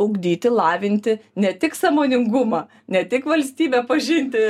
ugdyti lavinti ne tik sąmoningumą ne tik valstybę pažinti